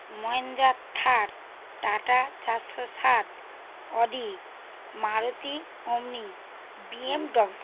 মাহিন্দ্রা থার টাটা চারশো সাত Audi Maruti Omni BMW